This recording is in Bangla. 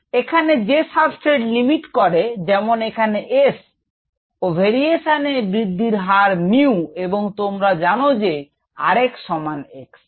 এখানে যে সাবস্টেট লিমিট করে যেমন এখানে S ও ভেরিএসান এ বৃদ্ধির হার 𝜇 এবং তোমরা জান যে r x সমান 𝑥